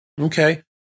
Okay